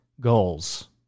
goals